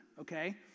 okay